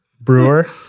Brewer